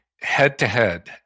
head-to-head